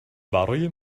برای